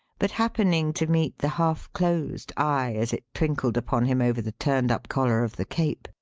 but happening to meet the half-closed eye, as it twinkled upon him over the turned-up collar of the cape,